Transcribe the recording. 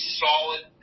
solid